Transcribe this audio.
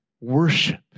worship